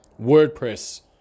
WordPress